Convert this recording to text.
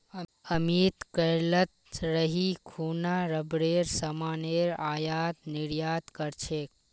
अमित केरलत रही खूना रबरेर सामानेर आयात निर्यात कर छेक